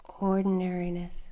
Ordinariness